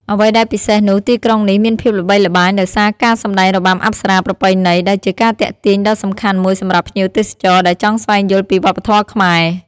អ្វីដែលពិសេសនោះទីក្រុងនេះមានភាពល្បីល្បាញដោយសារការសម្តែងរបាំអប្សរាប្រពៃណី ដែលជាការទាក់ទាញដ៏សំខាន់មួយសម្រាប់ភ្ញៀវទេសចរដែលចង់ស្វែងយល់ពីវប្បធម៌ខ្មែរ ។